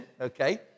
okay